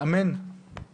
הישיבה נעולה.